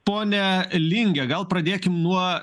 pone linge gal pradėkim nuo